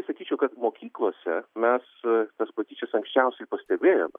sakyčiau kad mokyklose mes tas patyčias anksčiausiai pastebėjome